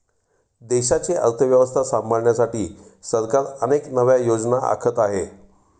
देशाची अर्थव्यवस्था सांभाळण्यासाठी सरकार अनेक नव्या योजना आखत आहे